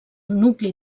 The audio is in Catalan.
nucli